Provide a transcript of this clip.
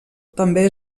també